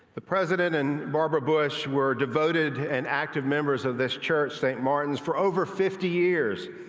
the president and barbara bush were devoted and active members of this church st. martins for over fifty years.